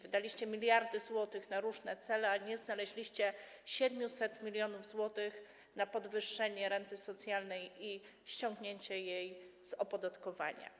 Wydaliście miliardy złotych na różne cele, a nie znaleźliście 700 mln zł na podwyższenie renty socjalnej i ściągnięcie jej z opodatkowania.